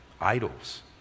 idols